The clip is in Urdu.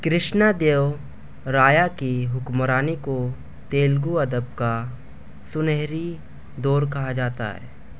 کرشنا دیو رایا کی حکمرانی کو تیلگو ادب کا سنہری دور کہا جاتا ہے